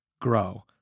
grow